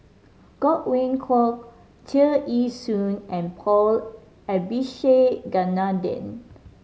Godwin Koay Tear Ee Soon and Paul Abisheganaden